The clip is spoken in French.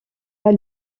pas